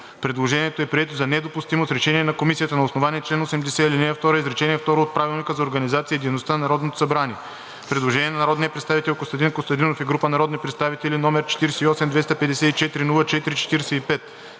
Предложението е прието за недопустимо с решение на Комисията на основание чл. 80. ал. 2, изречение второ от Правилника за организацията и дейността на Народното събрание. Предложение на народния представител Костадин Костадинов и група народни представители, № 48-254-04-45.